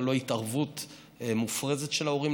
אבל לא התערבות מופרזת של ההורים,